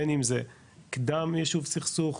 בין אם זה קדם יישוב סכסוך,